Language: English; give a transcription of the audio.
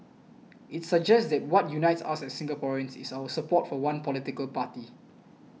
it suggests that what unites us Singaporeans is our support for one political party